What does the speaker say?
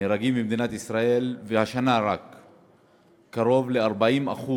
נהרגים במדינת ישראל, רק השנה קרוב ל-40%